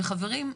חברים,